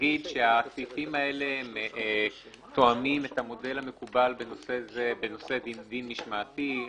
הסעיפים האלה תואמים את המודל המקובל בדין משמעתי.